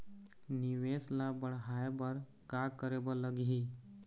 निवेश ला बड़हाए बर का करे बर लगही?